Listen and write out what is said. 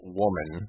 woman